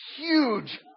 huge